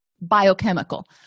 biochemical